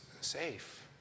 safe